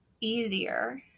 easier